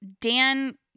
dan